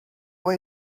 why